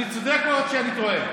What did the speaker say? אני צודק או שאני טועה?